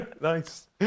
Nice